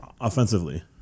Offensively